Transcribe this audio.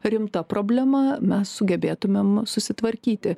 rimta problema mes sugebėtumėm susitvarkyti